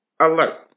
alert